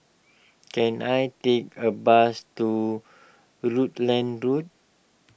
can I take a bus to Rutland Road